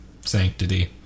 sanctity